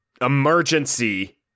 emergency